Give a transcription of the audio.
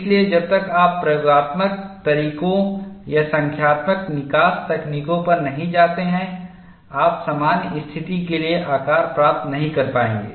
इसलिए जब तक आप प्रयोगात्मक तरीकों या संख्यात्मक निकास तकनीकों पर नहीं जाते हैं आप सामान्य स्थिति के लिए आकार प्राप्त नहीं कर पाएंगे